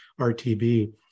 RTB